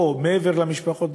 או מעבר למשפחות,